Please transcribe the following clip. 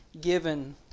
given